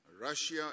Russia